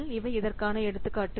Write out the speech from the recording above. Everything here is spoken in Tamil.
இவை இதற்கான எடுத்துக்காட்டுகள்